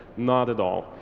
not at all.